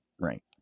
Right